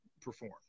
perform